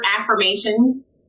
affirmations